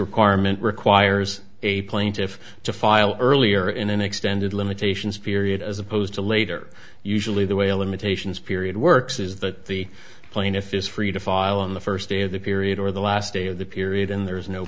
requirement requires a plaintiff to file earlier in an extended limitations period as opposed to later usually the way a limitations period works is that the plaintiff is free to file on the first day of the period or the last day of the period and there is no